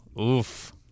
oof